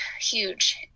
huge